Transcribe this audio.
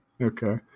Okay